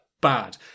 bad